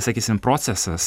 sakysim procesas